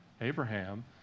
Abraham